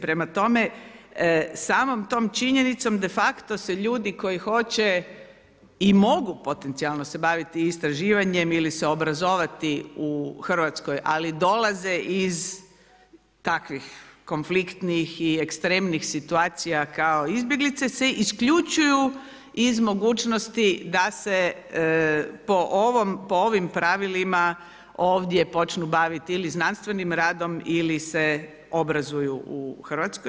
Prema tome, samom tom činjenicom de facto se ljudi koji hoće i mogu potencijalno se baviti istraživanjem ili se obrazovati u RH, ali dolaze takvih konfliktnih i ekstremnih situacija kao izbjeglice se isključuju iz mogućnosti da se po ovim pravila ovdje počnu baviti ili znanstvenim radom ili se obrazuju u RH.